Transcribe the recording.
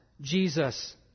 Jesus